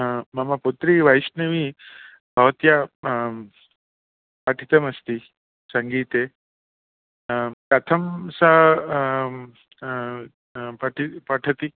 हा मम पुत्री वैष्णवी भवत्या पठितमस्ति सङ्गीते कथं सा पठति